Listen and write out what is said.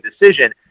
decision